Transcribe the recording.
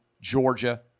Georgia